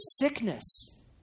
sickness